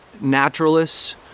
naturalists